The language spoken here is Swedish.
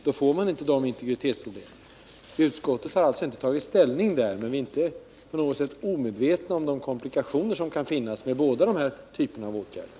Då får man inte samma integritetsproblem. Utskottet har alltså inte tagit ställning för något av alternativen., Vi är inte omedvetna om de komplikationer som kan vara förenade med båda de här åtgärderna.